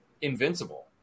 invincible